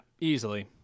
easily